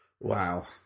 Wow